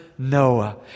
Noah